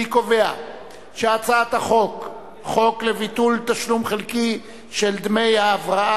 אני קובע שהצעת חוק לביטול תשלום חלקי של דמי ההבראה